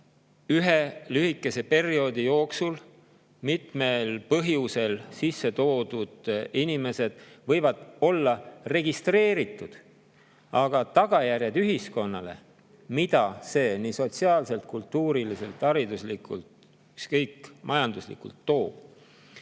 ühe lühikese perioodi jooksul mitmel põhjusel sisse toodud inimesed võivad olla registreeritud –, mida see sotsiaalselt, kultuuriliselt, hariduslikult, ükskõik, ka majanduslikult toob